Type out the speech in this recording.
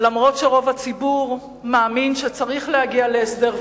אם רוב הציבור מאמין שצריך להגיע להסדר,